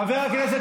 הורוביץ,